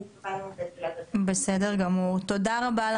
תודה רבה לכם.